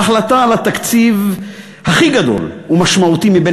ההחלטה על התקציב הכי גדול ומשמעותי מבין